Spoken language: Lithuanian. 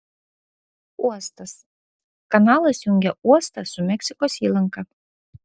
uostas kanalas jungia uostą su meksikos įlanka